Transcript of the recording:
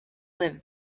live